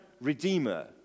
redeemer